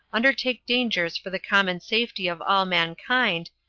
undertake dangers for the common safety of all mankind,